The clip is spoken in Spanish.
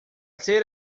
ser